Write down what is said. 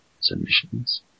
submissions